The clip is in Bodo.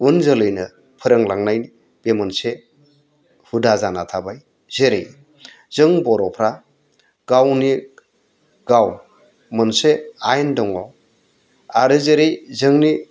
उन जोलैनो फोरोंलांनायनि बे मोनसे हुदा जाना थाबाय जेरै जों बर'फ्रा गावनि गाव मोनसे आयेन दङ आरो जेरै जोंनि